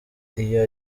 iyo